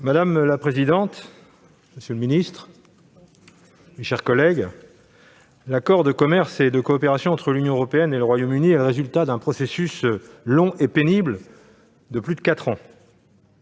Madame la présidente, monsieur le secrétaire d'État, mes chers collègues, l'accord de commerce et de coopération entre l'Union européenne et le Royaume-Uni est le résultat d'un processus long et pénible de plus de quatre ans.